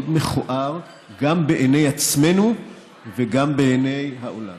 מאוד מכוער, גם בעיני עצמנו וגם בעיני העולם.